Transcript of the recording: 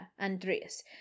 Andreas